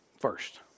First